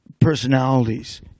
Personalities